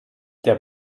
der